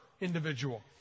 individual